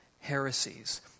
heresies